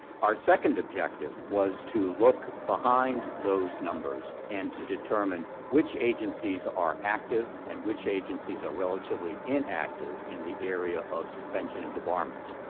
our second objective was to look behind those numbers and to determine which agencies are active and which agencies are relatively inactive in the area of suspension and debarments.